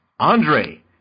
Andre